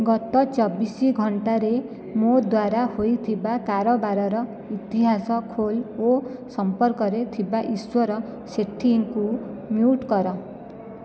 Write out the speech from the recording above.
ଗତ ଚବିଶ ଘଣ୍ଟାରେ ମୋ ଦ୍ୱାରା ହୋଇଥିବା କାରବାରର ଇତିହାସ ଖୋଲ ଓ ସମ୍ପର୍କରେ ଥିବା ଈଶ୍ୱର ସେଠିଙ୍କୁ ମ୍ୟୁଟ୍ କର